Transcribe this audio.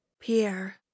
Pierre